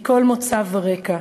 מכל מוצא ורקע.